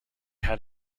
had